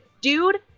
Dude